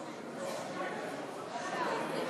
סעיפים 10 40, כהצעת